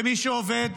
במי שעובד,